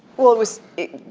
well, it was it